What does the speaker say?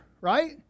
right